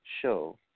show